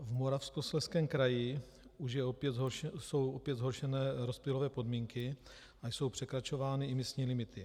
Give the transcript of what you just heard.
V Moravskoslezském kraji už jsou opět zhoršené rozptylové podmínky a jsou překračovány místní limity.